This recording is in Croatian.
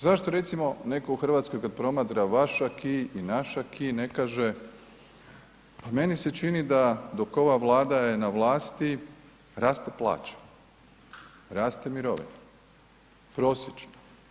Zašto recimo netko u RH kad promatra vaš aki i naš aki, ne kaže pa meni se čini da dok ova Vlada je na vlasti raste plaća, raste mirovina, prosječno.